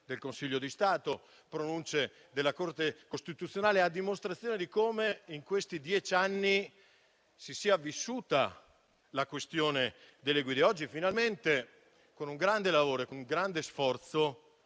del Consiglio di Stato e della Corte costituzionale, a dimostrazione di come in questi dieci anni sia stata vissuta la questione delle guide. Oggi, finalmente, con un grande lavoro e con un grande sforzo,